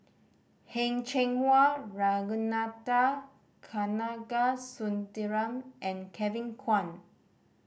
Heng Cheng Hwa Ragunathar Kanagasuntheram and Kevin Kwan